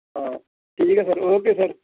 ਹਾਂ ਠੀਕ ਹੈ ਸਰ ਓਕੇ ਸਰ